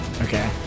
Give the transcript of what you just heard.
Okay